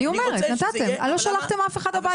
לא שלחתם אף אחד הביתה.